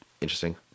interesting